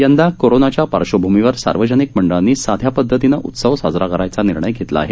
यंदा कोरोनाच्या पार्शवभूमीवर सार्वजनिक मंडळांनी साध्या पद्धतीनं उत्सव साजरा करण्याचा निर्णय घेतला आहे